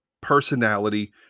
personality